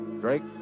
drake